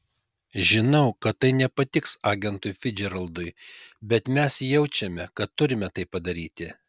žinau kad tai nepatiks agentui ficdžeraldui bet mes jaučiame kad turime tai padaryti